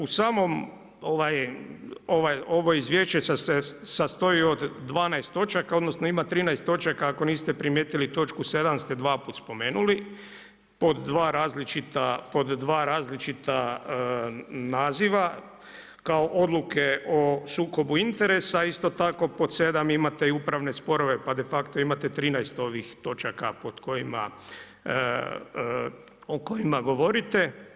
U samom, ovo izvješće se sastoji od 12 točaka, odnosno ima 13 točaka, ako niste primijetili točku 7 ste dva puta spomenuli pod dva različita naziva kao odluke o sukobu interesa, isto tako pod 7 imate i upravne sporove, pa de facto imate 13 ovih točaka pod kojima, o kojima govorite.